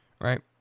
Right